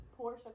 Porsche